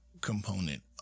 component